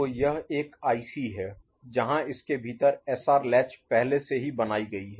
तो यह एक आईसी है जहां इसके भीतर एसआर लैच पहले से ही बनाई गई है